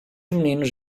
meninos